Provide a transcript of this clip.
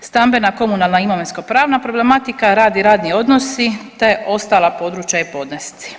stambena komunalna i imovinsko-pravna problematika, rad i radni odnosi, te ostala područja i podnesci.